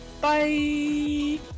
Bye